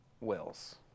wills